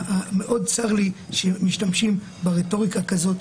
מאוד צר לי שמשתמשים ברטוריקה כזאת.